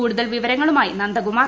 കൂടുതൽ വിവരങ്ങളുമായി നന്ദകുമാർ